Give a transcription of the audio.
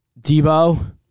Debo